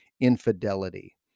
infidelity